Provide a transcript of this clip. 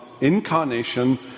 incarnation